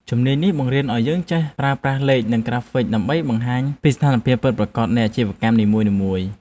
ជំនាញនេះបង្រៀនឱ្យយើងចេះប្រើប្រាស់លេខ និងក្រាហ្វិកដើម្បីបង្ហាញពីស្ថានភាពពិតប្រាកដនៃអាជីវកម្មនីមួយៗ។